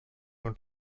und